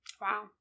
Wow